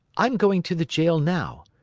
i'm going to the jail now.